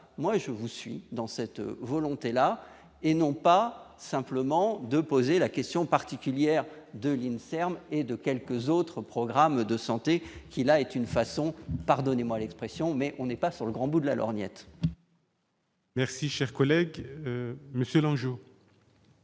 moi je vous suis dans cette volonté-là et non pas simplement de poser la question particulière de l'INSERM et de quelques autres programmes de santé qui là est une façon, pardonnez-moi l'expression, mais on n'est pas sur le grand bout de la lorgnette. Merci, cher collègue, le seul enjeu.